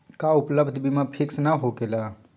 का उपलब्ध बीमा फिक्स न होकेला?